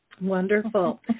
Wonderful